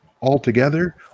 altogether